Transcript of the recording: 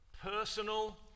Personal